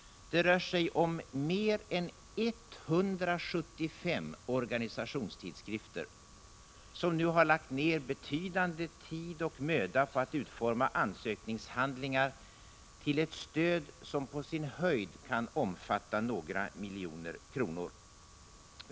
Det rör sig om mer än 175 organisationstidskrifter, som nu har lagt ned betydande tid och möda på att utforma ansökningshandlingar avseende ett stöd som på sin höjd kan omfatta några miljoner kronor.